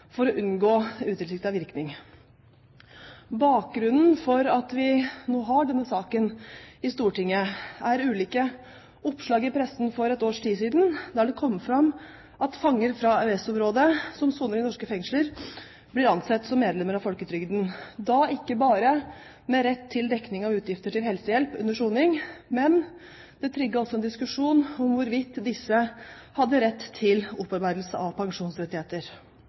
for å unngå utilsiktet virkning. Bakgrunnen for at vi nå har denne saken i Stortinget, er ulike oppslag i pressen for et års tid siden, der det kom fram at fanger fra EØS-området som soner i norske fengsler, blir ansett som medlemmer av folketrygden, ikke bare med rett til dekning av utgifter til helsehjelp under soning, men det trigget også en diskusjon om hvorvidt disse hadde rett til opparbeidelse av pensjonsrettigheter.